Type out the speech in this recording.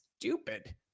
stupid